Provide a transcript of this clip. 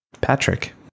Patrick